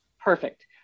Perfect